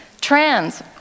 trans